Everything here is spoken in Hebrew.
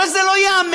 הרי זה לא ייאמן,